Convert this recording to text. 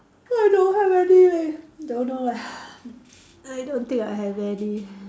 I don't have any leh don't know lah I don't think I have any